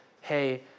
hey